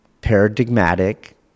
paradigmatic